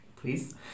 Please